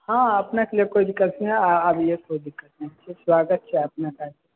हाँ अपने के लिये कोइ दिक्कत नहि आबियौ कोइ दिक्कत नहि